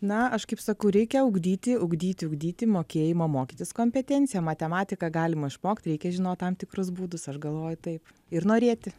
na aš kaip sakau reikia ugdyti ugdyti ugdyti mokėjimo mokytis kompetenciją matematiką galima išmokti reikia žinoti tam tikrus būdus aš galvoju taip ir norėti